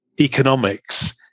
economics